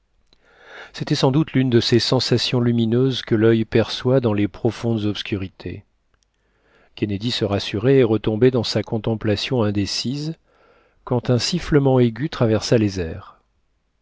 c'était sans doute lune de ces sensations lumineuses que l'il perçoit dans les profondes obscurités kennedy se rassurait et retombait dans sa contemplation indécise quand un sifflement aigu traversa les airs